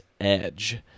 Edge